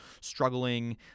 struggling